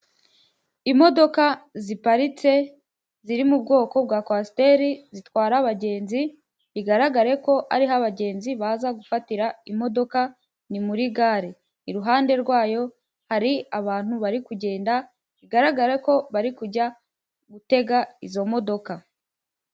Imodoka ziparitse ziri mu bwoko bwa kwasiteri zitwara abagenzi, bigaragare ko ariho abagenzi baza gufatira imodoka, ni muri gare. Iruhande rwayo hari abantu bari kugenda, bigaragara ko bari kujya gutega izo modoka.